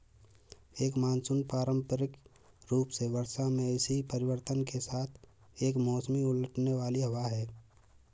एक मानसून पारंपरिक रूप से वर्षा में इसी परिवर्तन के साथ एक मौसमी उलटने वाली हवा है